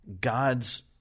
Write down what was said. God's